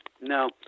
no